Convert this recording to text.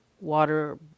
water